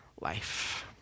life